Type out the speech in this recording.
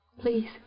Please